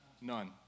None